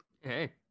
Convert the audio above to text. Hey